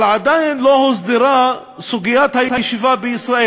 אבל עדיין לא הוסדרה סוגיית הישיבה בישראל.